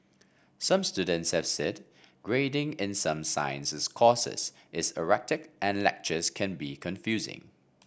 some students have said grading in some sciences courses is erratic and lectures can be confusing